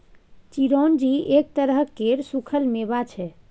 चिरौंजी एक तरह केर सुक्खल मेबा छै